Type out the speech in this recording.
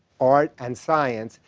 art and science,